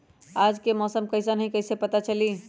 आज के मौसम कईसन हैं कईसे पता चली?